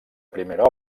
primera